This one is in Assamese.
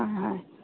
হয় হয়